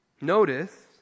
Notice